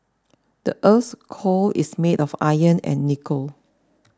the earth's core is made of iron and nickel